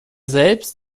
selbst